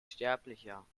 sterblicher